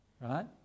right